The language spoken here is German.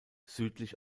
südlich